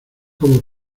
como